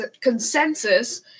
consensus